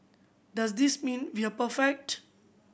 does this mean we are perfect